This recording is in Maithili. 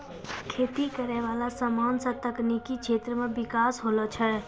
खेती करै वाला समान से तकनीकी क्षेत्र मे बिकास होलो छै